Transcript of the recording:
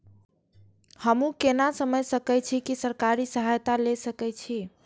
हमू केना समझ सके छी की सरकारी सहायता ले सके छी?